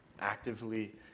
actively